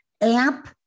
amp